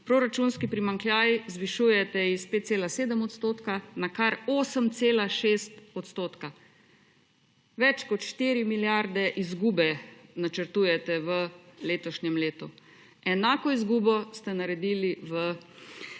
Proračunski primanjkljaj zvišujete s 5,7 % na kar 8,6 %. Več kot 4 milijarde izgube načrtujete v letošnjem letu, enako izgubo ste naredili v lanskem letu.